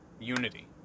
unity